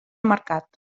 mercat